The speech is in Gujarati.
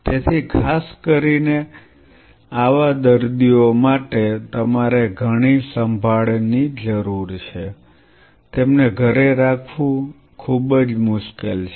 તેથી ખાસ કરીને આવા દર્દીઓ માટે તમારે ઘણી સંભાળની જરૂર હોય છે તેમને ઘરે રાખવું ખૂબ જ મુશ્કેલ છે